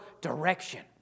direction